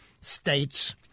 states